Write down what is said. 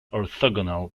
orthogonal